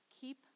keep